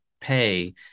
pay